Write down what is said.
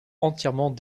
entièrement